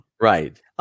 Right